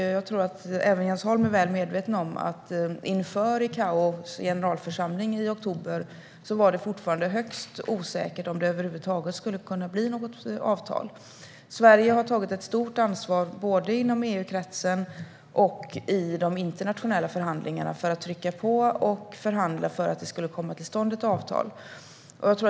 Jag tror att även Jens Holm är medveten om att inför ICAO:s generalförsamling i oktober var det fortfarande högst osäkert om det över huvud taget skulle kunna bli något avtal. Sverige har tagit ett stort ansvar både inom EU-kretsen och i de internationella förhandlingarna för att trycka på och förhandla för att det skulle komma till stånd ett avtal.